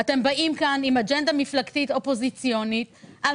אתם באים כאן עם אג'נדה מפלגתית אופוזיציונית על